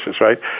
right